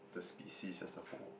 the species as a whole